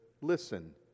listen